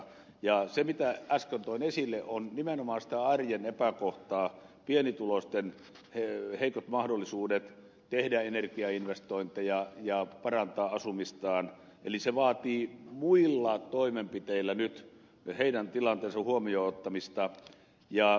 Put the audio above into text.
se mitä äsken toin esille on nimenomaan sitä arjen epäkohtaa pienituloisten heikot mahdollisuudet tehdä energiainvestointeja ja parantaa asumistaan eli se vaatii muilla toimenpiteillä nyt heidän tilanteensa huomioon ottamista